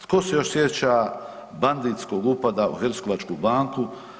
Tko se još sjeća banditskog upada u Hercegovačku banku?